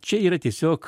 čia yra tiesiog